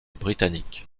britannique